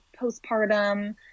postpartum